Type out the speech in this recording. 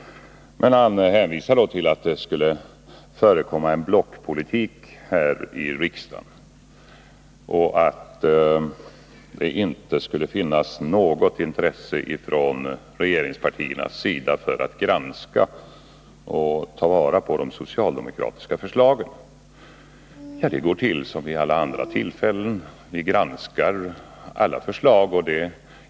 Olof Palme hänvisar till att det skulle förekomma en blockpolitik här i riksdagen och att det inte skulle finnas något intresse från regeringspartiernas sida för att granska och ta vara på de socialdemokratiska förslagen. Ja, det går till som vid alla andra tillfällen. Vi granskar alla förslag.